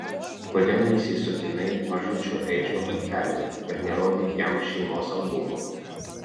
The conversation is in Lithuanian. kodėl nesisodinai mažučio edžio ant kelių ir nerodei jam šeimos albumo